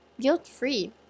Guilt-free